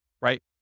right